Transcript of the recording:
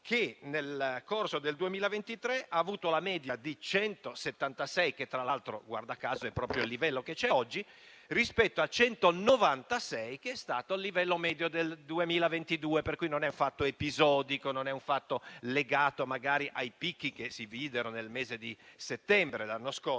nel corso del 2023 ha avuto la media di 176 che, tra l'altro, guarda caso, è proprio il livello che c'è oggi, rispetto a 196 che è stato il livello medio del 2022. Non è quindi un fatto episodico, legato magari ai picchi che si videro nel mese di settembre dell'anno scorso,